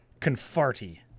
Confarty